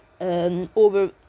over